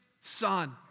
Son